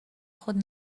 خود